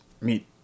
meet